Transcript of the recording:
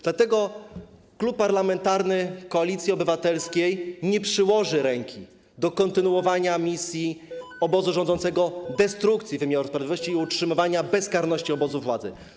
Dlatego Klub Parlamentarny Koalicja Obywatelska nie przyłoży ręki do kontynuowania misji obozu rządzącego dotyczącej destrukcji wymiaru sprawiedliwości i utrzymywania bezkarności obozu władzy.